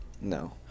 No